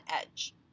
edge